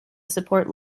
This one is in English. support